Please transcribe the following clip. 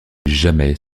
jamais